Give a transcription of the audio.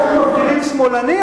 איך מפחידים שמאלני?